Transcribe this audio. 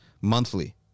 monthly